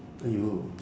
!aiyo!